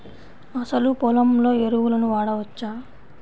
అసలు పొలంలో ఎరువులను వాడవచ్చా?